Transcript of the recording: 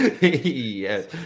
Yes